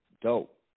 Dope